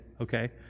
okay